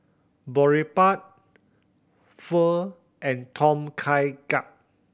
Boribap Pho and Tom Kha Gai